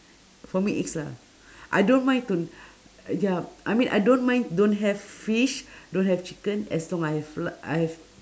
for me eggs lah I don't mind to ya I mean I don't mind don't have fish don't have chicken as long I have fl~ I have